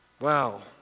Wow